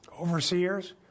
overseers